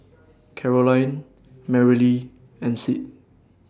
Carolyne Merrilee and Sid